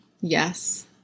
Yes